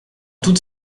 toutes